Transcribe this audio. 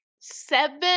Seven